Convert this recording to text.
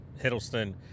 Hiddleston